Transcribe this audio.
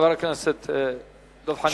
חבר הכנסת דב חנין.